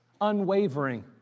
Unwavering